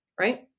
right